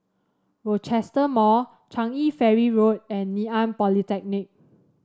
Rochester Mall Changi Ferry Road and Ngee Ann Polytechnic